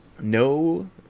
No